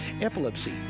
epilepsy